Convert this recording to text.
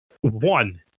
one